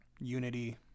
unity